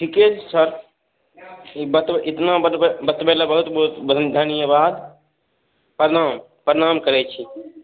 ठीके छै सर ई बतबै इतना बतबै बतबैले बहुत बहुत धन्यवाद प्रणाम प्रणाम करै छी